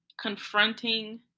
confronting